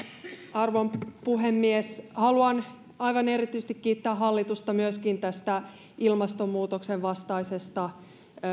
arvon puhemies haluan aivan erityisesti kiittää hallitusta myöskin tästä ilmastonmuutoksen vastaisesta